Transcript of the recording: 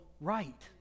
right